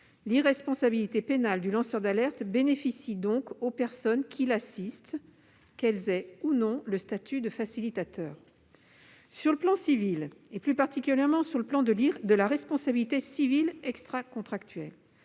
L'irresponsabilité pénale du lanceur d'alerte profite donc aux personnes qui l'assistent, qu'elles aient ou non le statut de facilitateur. Sur le plan civil maintenant, et plus particulièrement sur le plan de la responsabilité civile extracontractuelle,